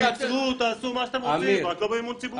תצרו, תעשו מה שאתם רוצים, רק לא במימון ציבורי.